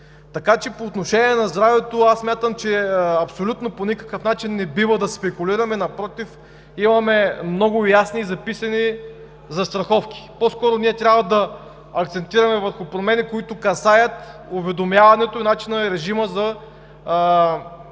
го! По отношение на здравето смятам, че абсолютно по никакъв начин не бива да спекулираме – напротив, имаме много ясни записани застраховки. По-скоро ние трябва да акцентираме върху промени, които касаят уведомяването и начина и режима за